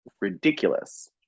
ridiculous